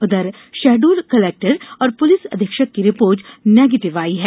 उधर शहडोल कलेक्टर और पुलिस अधीक्षक की रिपोर्ट निगेटिव आई है